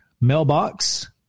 mailbox